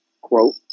quote